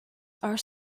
are